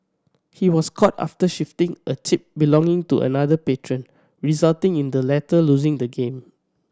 he was caught after shifting a chip belonging to another patron resulting in the latter losing the game